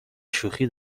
شوخی